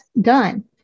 done